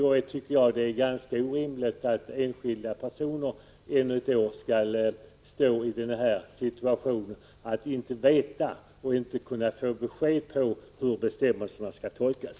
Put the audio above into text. Jag tycker att det är ganska orimligt att enskilda personer ännu ett år skall befinna sig i den situationen att de inte vet och inte kan få besked om hur bestämmelserna skall tolkas.